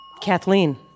Kathleen